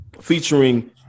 featuring